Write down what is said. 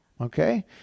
Okay